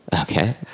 Okay